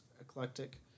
eclectic